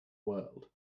world